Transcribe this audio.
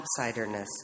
outsiderness